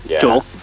Joel